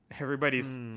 Everybody's